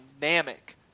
dynamic